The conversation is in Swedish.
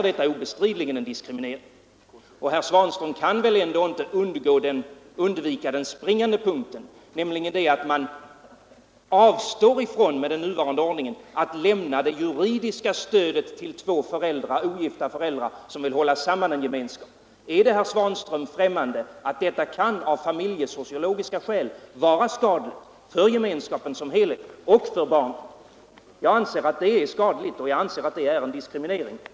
Den springande punkten, som herr Svanström undviker, är att man med den nuvarande ordningen avstår från att lämna det juridiska stödet till två ogifta föräldrar som vill hålla samman en gemenskap. Är det herr Svanström främmande att detta av familjesociologiska skäl kan vara skadligt för gemenskapen som helhet och för barnen? Jag anser att det är skadligt, och jag anser att det är en diskriminering.